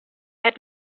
had